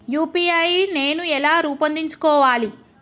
UPI నేను ఎలా రూపొందించుకోవాలి?